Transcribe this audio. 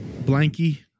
Blanky